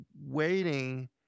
waiting